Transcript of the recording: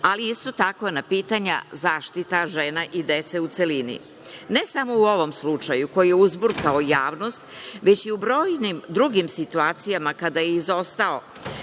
ali isto tako na pitanja zaštita žena i dece u celini. Ne samo u ovom slučaju koji je uzburkao javnost, već i u brojnim drugim situacijama kada je izostao